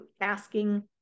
asking